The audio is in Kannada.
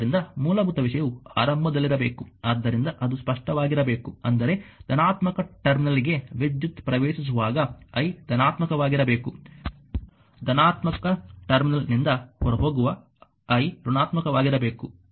ಆದ್ದರಿಂದ ಮೂಲಭೂತ ವಿಷಯವು ಆರಂಭದಲ್ಲಿರಬೇಕು ಆದ್ದರಿಂದ ಅದು ಸ್ಪಷ್ಟವಾಗಿರಬೇಕು ಅಂದರೆ ಧನಾತ್ಮಕ ಟರ್ಮಿನಲ್ಗೆ ವಿದ್ಯುತ್ ಪ್ರವೇಶಿಸುವಾಗ i ಧನಾತ್ಮಕವಾಗಿರಬೇಕು ಧನಾತ್ಮಕ ಟರ್ಮಿನಲ್ನಿಂದ ಹೊರಹೋಗುವಾಗ i ಋಣಾತ್ಮಕವಾಗಿರಬೇಕು